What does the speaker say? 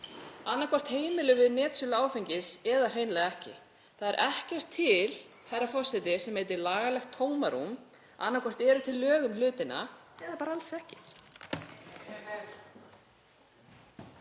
Annaðhvort heimilum við netsölu áfengis eða hreinlega ekki. Það er ekkert til, herra forseti, sem heitir lagalegt tómarúm. Annaðhvort eru til lög um hlutina eða bara alls ekki.